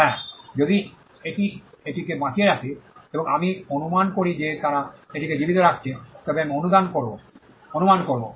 হ্যাঁ যদি এটি এটিকে বাঁচিয়ে রাখে এবং আমি অনুমান করি যে তারা এটিকে জীবিত রাখছে তবে আমি অনুমান করব